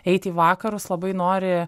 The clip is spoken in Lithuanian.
eiti į vakarus labai nori